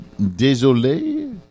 désolé